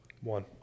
One